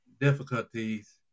difficulties